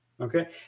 Okay